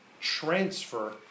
transfer